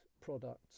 products